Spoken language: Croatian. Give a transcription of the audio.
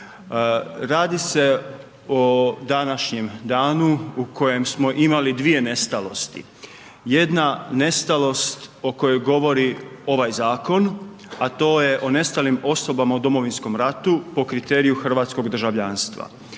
Radi se o današnjem danu u kojem smo imali dvije nestalosti. Jedna nestalost o kojoj govori ovaj zakon, a to je o nestalim osobama u Domovinskom ratu po kriteriju hrvatskog državljanstva.